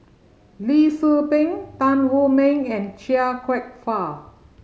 Lee Tzu Pheng Tan Wu Meng and Chia Kwek Fah